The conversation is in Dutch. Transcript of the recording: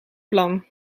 plan